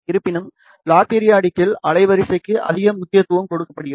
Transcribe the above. இருப்பினும் லாஃ பீரியாடிக் யில் அலைவரிசைக்கு அதிக முக்கியத்துவம் கொடுக்கப்படுகிறது